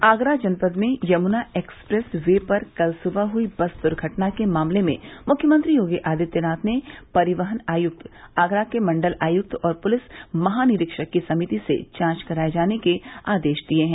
आगरा जनपद में Yamuna expressway पर कल सुबह हुई बस दुर्घटना के मामले में मुख्यमंत्री योगी आदित्यनाथ ने परिवहन आयक्त आगरा के मंडल आयक्त और पुलिस महानिरीक्षक की समिति से जांच कराये जाने के आदेश दिये हैं